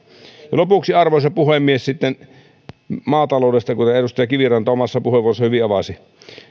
lopuksi arvoisa puhemies maataloudesta kuten edustaja kiviranta omassa puheenvuorossaan hyvin avasi